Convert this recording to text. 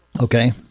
Okay